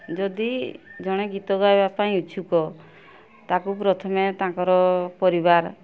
ଯଦି ଜଣେ ଗୀତ ଗାଇବା ପାଇଁ ଇଚ୍ଛୁକ ତା'କୁ ପ୍ରଥମେ ତାଙ୍କର ପରିବାର